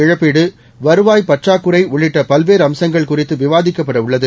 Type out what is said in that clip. இழப்பீடு வருவாய் பற்றாக்குறை உள்ளிட்ட பல்வேறு அம்சங்கள் குறித்து விவாதிக்கப்பட உள்ளது